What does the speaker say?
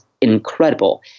incredible